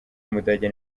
w’umudage